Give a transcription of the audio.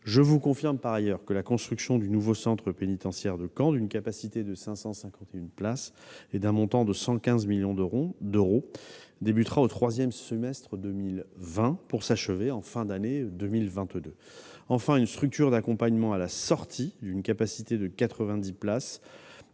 je vous le confirme, la construction du nouveau centre pénitentiaire de Caen, d'une capacité de 551 places et d'un coût de 115 millions d'euros, commencera au troisième semestre 2020, pour s'achever en fin d'année 2022. Enfin, une structure d'accompagnement à la sortie, d'une capacité de 90 places,